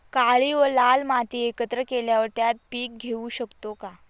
काळी व लाल माती एकत्र केल्यावर त्यात पीक घेऊ शकतो का?